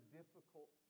difficult